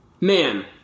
man